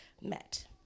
met